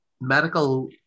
medical